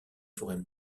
forêts